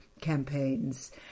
campaigns